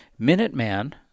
Minuteman